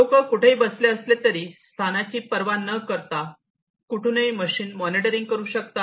लोकं कुठे बसले असले तरी स्थानाची पर्वा न करता कुठूनही मशीन मॉनिटरिंग करू शकतात